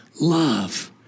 love